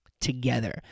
together